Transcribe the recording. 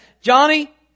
Johnny